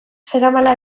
zeramala